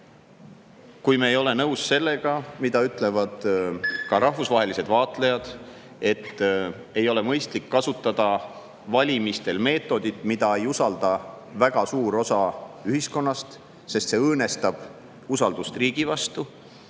kui me ei ole nõus sellega, mida ütlevad ka rahvusvahelised vaatlejad, et ei ole mõistlik kasutada valimistel meetodit, mida ei usalda väga suur osa ühiskonnast, sest see õõnestab usaldust riigi vastu,